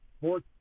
fourth